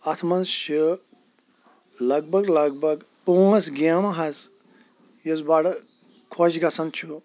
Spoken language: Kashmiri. اَتھ منٛز چھ لَگ بَگ لَگ بَگ پانٛژھ گیمہٕ حظ یُس بَڑٕ خۄش گَسان چھُ